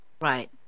right